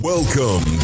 Welcome